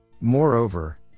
Moreover